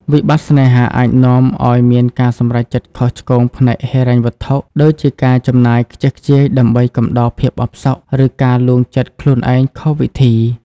វិបត្តិស្នេហាអាចនាំឱ្យមានការសម្រេចចិត្តខុសឆ្គងផ្នែកហិរញ្ញវត្ថុ ដូចជាការចំណាយខ្ជះខ្ជាយដើម្បីកំដរភាពអផ្សុក ឬការលួងចិត្តខ្លួនឯងខុសវិធី។